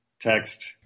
Text